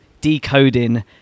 decoding